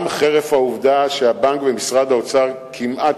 גם חרף העובדה שהבנק ומשרד האוצר כמעט